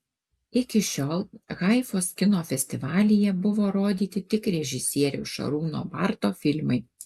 iki šiol haifos kino festivalyje buvo rodyti tik režisieriaus šarūno barto filmai